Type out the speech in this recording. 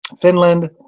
Finland